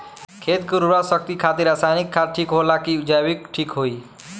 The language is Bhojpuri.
खेत के उरवरा शक्ति खातिर रसायानिक खाद ठीक होला कि जैविक़ ठीक होई?